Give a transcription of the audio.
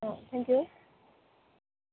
অঁ thank U